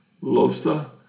lobster